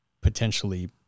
potentially